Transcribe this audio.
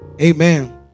amen